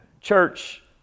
Church